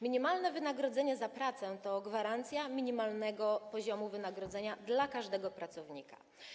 Minimalne wynagrodzenie za pracę jest gwarancją minimalnego poziomu wynagrodzenia dla każdego pracownika.